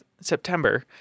September